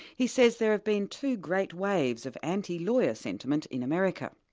he says there have been two great waves of anti-lawyer sentiment in america.